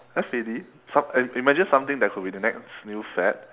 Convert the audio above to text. F A D som~ i~ imagine something that could be the next new fad